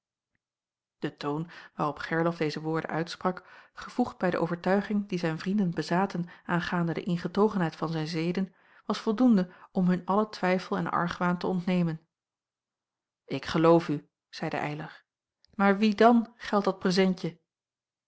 de toon waarop gerlof deze woorden uitsprak gevoegd bij de overtuiging die zijn vrienden bezaten aangaande de ingetogenheid van zijn zeden was voldoende om hun allen twijfel en argwaan te ontnemen ik geloof u zeide eylar maar wien dan geldt dat prezentje